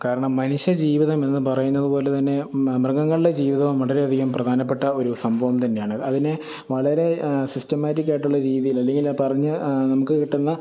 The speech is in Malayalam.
കാരണം മനുഷ്യ ജീവിതം എന്നു പറയുന്നതു പോലെ തന്നെ മൃഗങ്ങളുടെ ജീവിതവും വളരെയധികം പ്രധാനപ്പെട്ട ഒരു സംഭവം തന്നെയാണ് അതിനെ വളരെ സിസ്റ്റമാറ്റിക്കായിട്ടുള്ള രീതിയിൽ അല്ലെങ്കിൽ ആ പറഞ്ഞ നമുക്ക് കിട്ടുന്ന